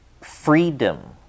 freedom